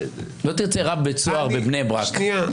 לא תרצה רב של צהר בבני ברק.